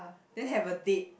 then have a date